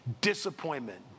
Disappointment